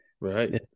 Right